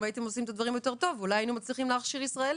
אם הייתם עושים את הדברים יותר טוב אולי היינו מצליחים להכשיר ישראלים.